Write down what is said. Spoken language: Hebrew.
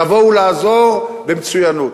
תבואו לעזור במצוינות,